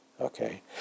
Okay